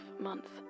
Month